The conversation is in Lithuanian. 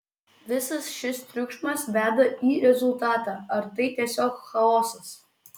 visas šis triukšmas veda į rezultatą ar tai tiesiog chaosas